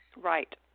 Right